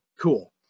cool